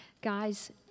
Guys